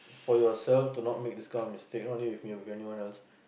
for yourself to not make this kind of mistake not only you it could be anyone else